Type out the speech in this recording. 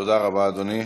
תודה רבה, אדוני.